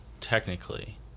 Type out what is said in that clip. technically